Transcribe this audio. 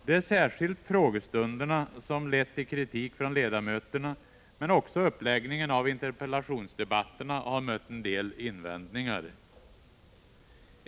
Det är speciellt frågestunderna som lett till kritik från ledamöterna, men också uppläggningen av interpellationsdebatterna har mött en del invändningar.